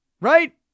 Right